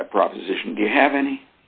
for that proposition to have any